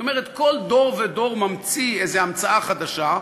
זאת אומרת, כל דור ודור ממציא איזה המצאה חדשה,